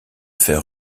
faire